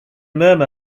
murmur